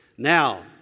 Now